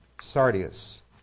Sardius